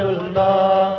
Allah